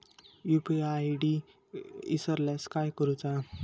UPI ID इसरल्यास काय करुचा?